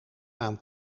aan